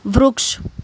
વૃક્ષ